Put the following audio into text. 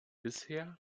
bisher